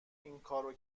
اینکارو